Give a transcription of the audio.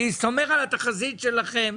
אני סומך על התחזית שלכם,